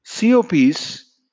COPs